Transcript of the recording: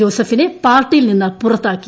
ജോസഫിനെ പാർട്ടിയിൽ നിന്ന് പുറത്താക്കി